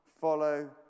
follow